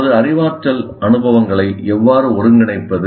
நமது அறிவாற்றல் அனுபவங்களை எவ்வாறு ஒருங்கிணைப்பது